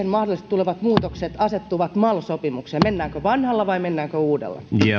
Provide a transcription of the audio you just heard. tulevat muutokset asettuvat mal sopimukseen mennäänkö vanhalla vai mennäänkö uudella